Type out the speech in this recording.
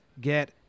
get